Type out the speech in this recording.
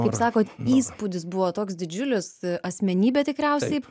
kaip sakot įspūdis buvo toks didžiulis asmenybė tikriausiai